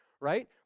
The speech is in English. right